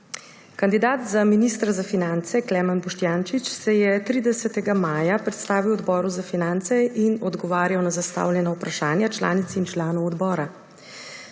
Kandidat za ministra za finance Klemen Boštjančič se je 30. maja 2022 predstavil Odboru za finance in odgovarjal na zastavljena vprašanja članic in članov odbora.